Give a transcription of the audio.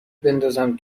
بندازم